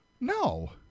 No